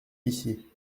ici